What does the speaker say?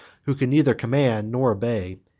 who could neither command nor obey,